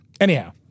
Anyhow